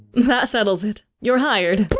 that settles it. you're hired.